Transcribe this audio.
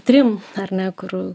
trim ar ne kur